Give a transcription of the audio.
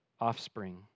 offspring